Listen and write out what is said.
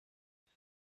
they